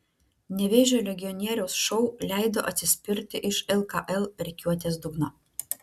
nevėžio legionieriaus šou leido atsispirti iš lkl rikiuotės dugno